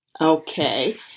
Okay